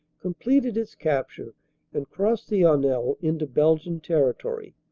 completed its capture and crossed the honelle into belgian territory,